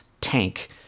tank